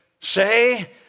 say